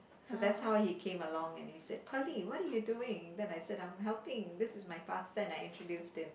so that's how he came along and he said Pearlie what are you doing then I said I'm helping this is my past then I introduced him